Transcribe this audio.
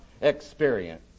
experience